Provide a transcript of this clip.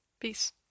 Peace